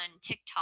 TikTok